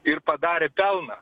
ir padarė pelną